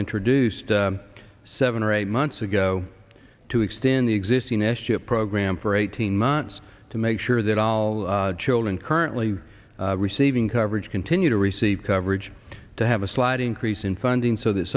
introduced seven or eight months ago to extend the existing s chip program for eighteen months to make sure that all children currently receiving coverage continue to receive coverage to have a slight increase in funding so th